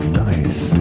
nice